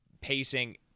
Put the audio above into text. pacing